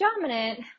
dominant